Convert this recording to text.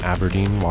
Aberdeen